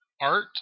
art